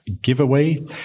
giveaway